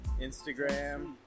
Instagram